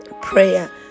prayer